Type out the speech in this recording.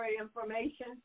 information